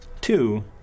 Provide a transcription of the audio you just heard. two